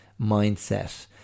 mindset